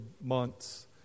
months